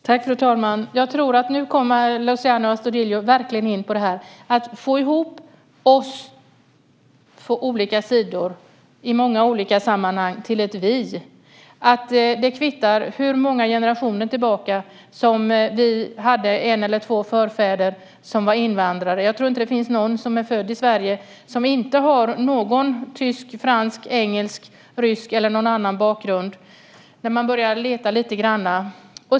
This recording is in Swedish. Fru talman! Jag tror att Luciano Astudillo nu verkligen kommer in på att få ihop oss på olika sidor i många olika sammanhang till ett vi, att det kvittar hur många generationer tillbaka som vi hade en eller två förfäder som var invandrare. Jag tror inte att det finns någon som är född i Sverige som inte har tysk, fransk, engelsk, rysk eller någon annan bakgrund när man börjar leta lite grann.